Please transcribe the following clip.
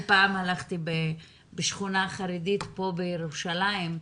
פעם הלכתי בשכונה חרדית בירושלים,